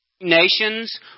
nations